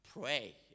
Pray